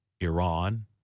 Iran